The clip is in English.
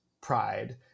pride